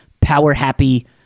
power-happy